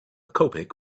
coptic